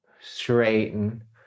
straighten